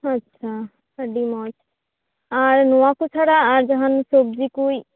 ᱟᱪᱷᱟ ᱟᱪᱷᱟ ᱟ ᱰᱤ ᱢᱚᱡᱽ ᱟᱨ ᱱᱚᱣᱟ ᱠᱚ ᱪᱷᱟᱲᱟ ᱟᱨ ᱡᱟᱦᱟᱱ ᱥᱟᱵᱡᱤ ᱠᱩᱡ